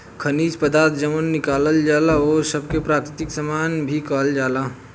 खनिज पदार्थ जवन निकालल जाला ओह सब के प्राकृतिक सामान भी कहल जाला